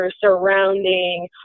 surrounding